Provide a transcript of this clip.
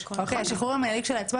1993. השחרור המנהלי כשלעצמו,